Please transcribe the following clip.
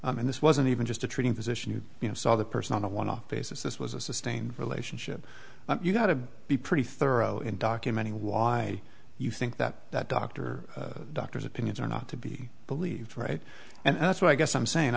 views and this wasn't even just a treating physician who you know saw the person on a one off basis this was a sustained relationship you've got to be pretty thorough in documenting why you think that that doctor doctor's opinions are not to be believed right and that's why i guess i'm saying